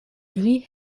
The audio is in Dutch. drie